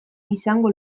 izango